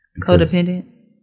Codependent